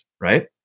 right